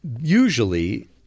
usually